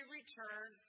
return